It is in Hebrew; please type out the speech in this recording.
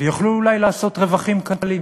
ויוכלו אולי לעשות רווחים קלים.